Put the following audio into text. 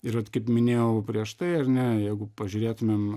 ir vat kaip minėjau prieš tai ar ne jeigu pažiūrėtumėm